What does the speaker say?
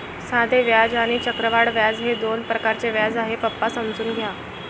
साधे व्याज आणि चक्रवाढ व्याज हे दोन प्रकारचे व्याज आहे, पप्पा समजून घ्या